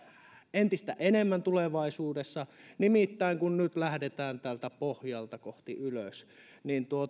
entistä enemmän tulevaisuudessa nimittäin kun nyt lähdetään täältä pohjalta ylös niin